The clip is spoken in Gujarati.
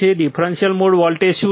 ડિફરન્સીયલ મોડ વોલ્ટેજ શું છે